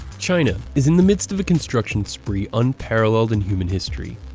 china is in the midst of a construction spree unparalleled in human history.